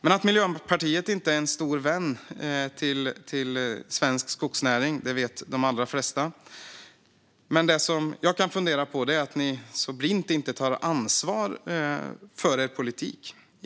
Att Miljöpartiet inte är någon stor vän av svensk skogsnäring vet de allra flesta. Det som jag kan fundera på är att ni så blint avstår från att ta ansvar för er politik.